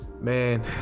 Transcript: Man